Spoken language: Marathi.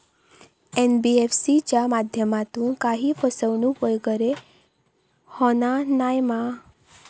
एन.बी.एफ.सी च्या माध्यमातून काही फसवणूक वगैरे होना नाय मा?